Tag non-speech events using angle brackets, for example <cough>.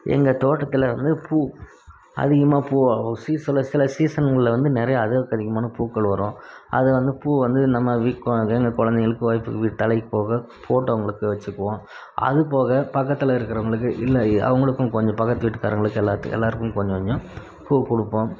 எங்கள் தோட்டத்தில் வந்து பூ அதிகமாக பூ ஆகும் சீசனில் சில சீசன்களில் வந்து நிறையா அளவுக்கதிகமான பூக்கள் வரும் அது வந்து பூ வந்து நம்ம <unintelligible> குழந்தைங்களுக்கு வைஃப்க்கு தலைக்கு போக ஃபோட்டோகளுக்கு வைச்சுக்குவோம் அது போக பக்கத்தில் இருக்கிறவங்களுக்கு இல்லை அவர்களுக்கும் கொஞ்சம் பக்கத்து வீட்டுக்காரங்களுக்கு எல்லாத்துக்கும் எல்லாேருக்கும் கொஞ்ச கொஞ்சம் பூ கொடுப்போம்